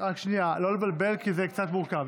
כן, רק שנייה, לא לבלבל, כי זה קצת מורכב.